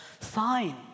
sign